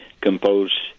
composed